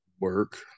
work